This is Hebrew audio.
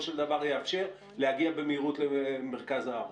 של דבר יאפשר להגיע במהירות למרכז הארץ?